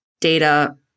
data